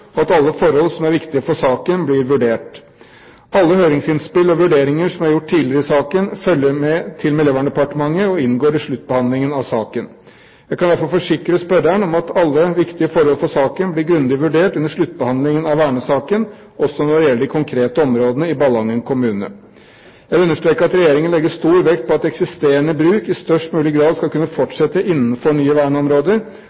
og at alle forhold som er viktige for saken, blir vurdert. Alle høringsinnspill og vurderinger som er gjort tidligere i saken, følger med til Miljøverndepartementet og inngår i sluttbehandlingen av saken. Jeg kan i hvert fall forsikre spørreren om at alle viktige forhold for saken ble grundig vurdert under sluttbehandlingen av vernesaken, også når det gjelder de konkrete områdene i Ballangen kommune. Jeg vil understreke at Regjeringen legger stor vekt på at eksisterende bruk i størst mulig grad skal kunne